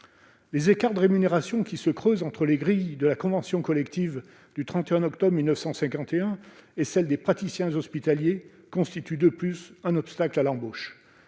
Les écarts de rémunération, qui se creusent entre les grilles de la convention collective du 31 octobre 1951 et celle des praticiens hospitaliers, constituent en outre un obstacle à l'embauche.